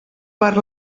per